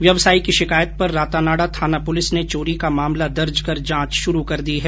व्यवसायी की शिकायत पर रातानाडा थाना पुलिस ने चोरी का मामला दर्ज कर जांच शुरू कर दी है